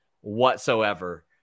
whatsoever